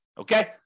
Okay